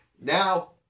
now